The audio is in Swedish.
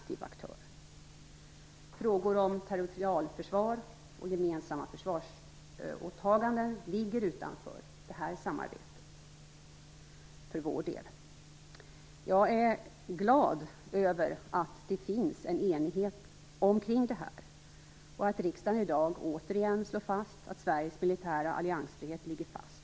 Frågor om territorialförsvar och gemensamma försvarsåtaganden ligger utanför det här samarbetet för vår del. Jag är glad över att det finns en enighet kring det här och att riksdagen i dag återigen slår fast att Sveriges militära alliansfrihet ligger fast.